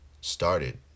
started